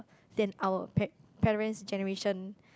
than our pa~ parents generation